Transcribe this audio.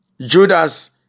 Judas